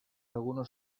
algunos